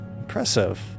Impressive